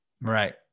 Right